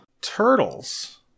Turtles